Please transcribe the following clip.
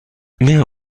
mehr